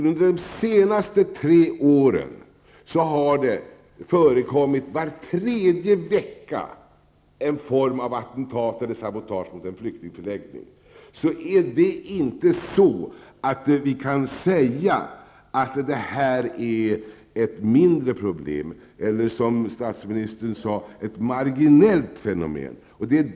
Under de senaste tre åren har det var tredje vecka förekommit en form av attentat eller sabotage mot flyktingförläggningar. Vi kan inte säga att det är ett mindre problem eller, som statsministern sade, ett marginellt fenomen.